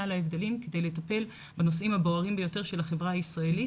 מעל ההבדלים כדי לטפל בנושאים הבוערים ביותר של החברה הישראלית.